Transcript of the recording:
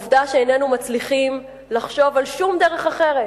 העובדה שאיננו מצליחים לחשוב על שום דרך אחרת